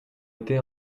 été